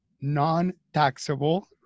non-taxable